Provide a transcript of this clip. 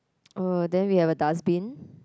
oh then we have a dustbin